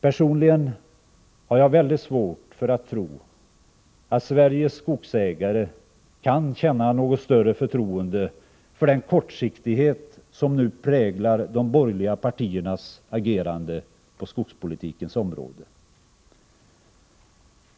Personligen har jag mycket svårt att tro att Sveriges skogsägare kan känna något större förtroende för den kortsiktighet som nu präglar de borgerliga partiernas agerande på skogspolitikens område.